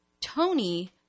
Tony